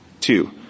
Two